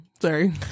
Sorry